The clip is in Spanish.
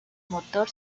motor